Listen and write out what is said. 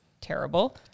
terrible